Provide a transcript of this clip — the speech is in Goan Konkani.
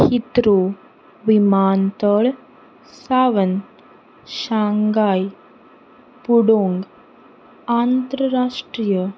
हित्रो विमानतळ सावन शांघाय पुडोंग अंतरराष्ट्रीय